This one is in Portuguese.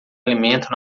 alimento